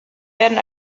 werden